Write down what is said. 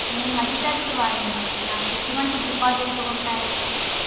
నేను మధ్య తరగతి వాడిని నాకు ఎటువంటి డిపాజిట్లు ఉంటయ్?